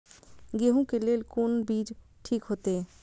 गेहूं के लेल कोन बीज ठीक होते?